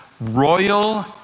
royal